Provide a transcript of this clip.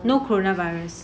no corona virus